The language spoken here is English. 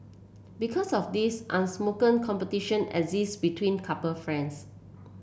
because of this unspoken competition exist between couple friends